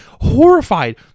Horrified